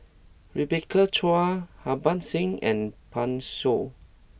Rebecca Chua Harbans Singh and Pan Shou